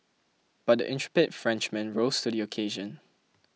but the intrepid Frenchman rose to the occasion